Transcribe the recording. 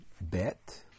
Bet